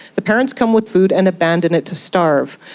the parents come with food and abandon it to starve.